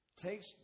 takes